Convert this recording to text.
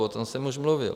O tom jsem už mluvil.